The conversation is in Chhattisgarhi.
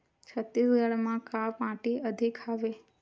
छत्तीसगढ़ म का माटी अधिक हवे?